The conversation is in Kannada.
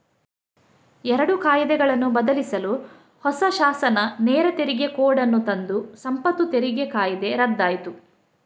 ಎರಡು ಕಾಯಿದೆಗಳನ್ನು ಬದಲಿಸಲು ಹೊಸ ಶಾಸನ ನೇರ ತೆರಿಗೆ ಕೋಡ್ ಅನ್ನು ತಂದು ಸಂಪತ್ತು ತೆರಿಗೆ ಕಾಯ್ದೆ ರದ್ದಾಯ್ತು